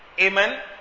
Amen